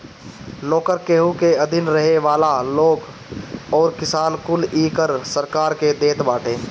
नोकर, केहू के अधीन रहे वाला लोग अउरी किसान कुल इ कर सरकार के देत बाटे